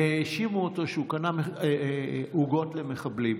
והאשימו אותו שהוא קנה עוגות למחבלים.